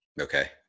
Okay